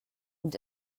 und